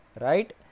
right